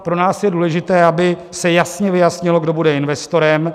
Pro nás je důležité, aby se jasně vyjasnilo, kdo bude investorem.